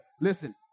Listen